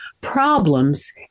problems